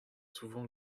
souvent